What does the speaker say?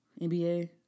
NBA